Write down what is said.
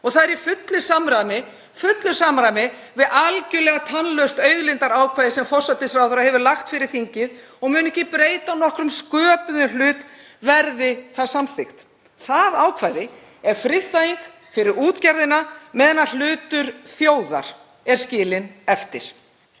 Það er í fullu samræmi við algerlega tannlaust auðlindaákvæði sem forsætisráðherra hefur lagt fyrir þingið og mun ekki breyta nokkrum sköpuðum hlut, verði það samþykkt. Það ákvæði er friðþæging fyrir útgerðina meðan hlutur þjóðar er skilinn eftir.